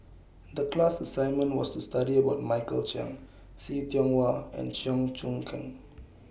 The class assignment was to study about Michael Chiang See Tiong Wah and Cheong Choong Kong